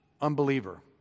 Unbeliever